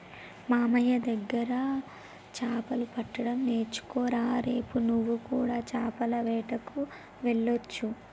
మామయ్య దగ్గర చాపలు పట్టడం నేర్చుకోరా రేపు నువ్వు కూడా చాపల వేటకు వెళ్లొచ్చు